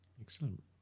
Excellent